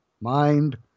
mind